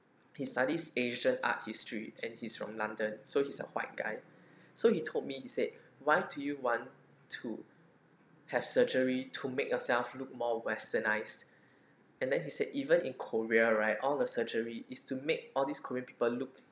he studies asian art history and he's from london so he's a white guy so he told me he said why do you want to have surgery to make yourself look more westernised and then he said even in korea right all the surgery is to make all these korean people look